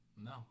No